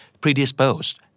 predisposed